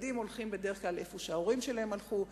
ילדים הולכים בדרך כלל לקופה שההורים שלהם הלכו אליה.